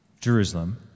Jerusalem